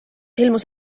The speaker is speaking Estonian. ilmus